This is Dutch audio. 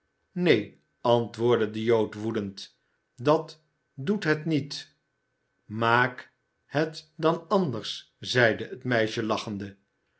neen antwoordde de jood woedend dat doet het niet maak het dan anders zeide het meisje lachende